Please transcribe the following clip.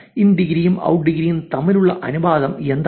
in ഡിഗ്രിയും out ഡിഗ്രിയും തമ്മിലുള്ള അനുപാതം എന്താണ്